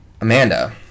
amanda